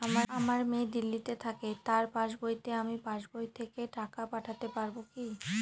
আমার মেয়ে দিল্লীতে থাকে তার পাসবইতে আমি পাসবই থেকে টাকা পাঠাতে পারব কি?